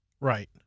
Right